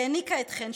שהיניקה אתכן,